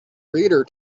reader